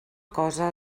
cosa